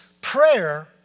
prayer